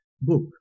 Book